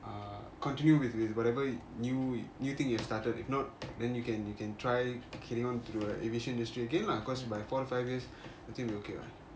uh continue with with whatever new new thing you have started if not then you can you can try heading onto the aviation industry again lah because by four to five years everything will be ok [what]